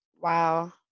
Wow